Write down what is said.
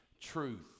Truth